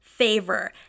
favor